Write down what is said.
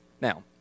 Now